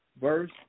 Verse